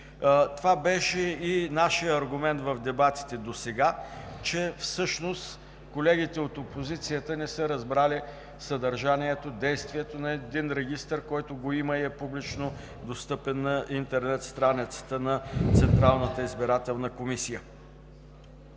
Това беше и нашият аргумент в дебатите досега, че всъщност колегите от опозицията не са разбрали съдържанието, действието на един регистър, който го има и е публично достъпен на интернет страницата на Централната избирателна комисия.